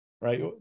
right